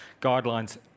guidelines